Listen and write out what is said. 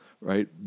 right